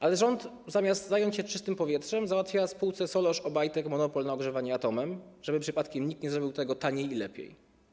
Ale rząd zamiast zająć się czystym powietrzem załatwia spółce Solorz - Obajtek monopol na ogrzewanie atomem, żeby przypadkiem nikt nie zrobił tego taniej i lepiej.